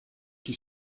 qui